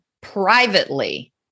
privately